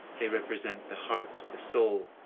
they represent the heart, the soul,